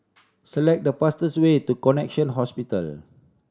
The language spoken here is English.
select the fastest way to Connexion Hospital